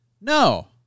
No